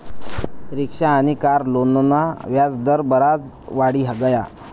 rickshaw आनी car लोनना व्याज दर बराज वाढी गया